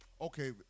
Okay